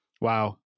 Wow